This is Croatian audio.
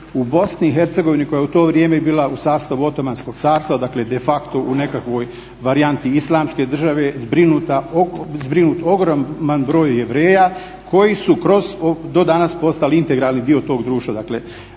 u BiH koja je u to vrijeme bila u sastavu Otomanskog carstva, dakle de facto u nekakvoj varijanti islamske države, zbrinut ogroman broj Židova koji su do danas postali integralni dio tog društva.